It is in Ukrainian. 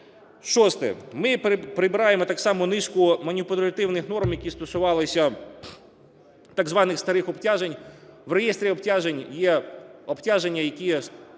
Шосте. Ми прибираємо так само низку маніпулятивних норм, які стосувалися так званих старих обтяжень. В реєстрі обтяжень є обтяження, які